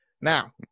Now